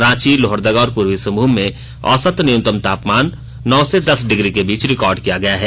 रांची लोहरदगा और पूर्वी सिंहभूम में औसत न्यूनतम तापमान नौ से दस डिग्री के बीच रिकॉड किया गया है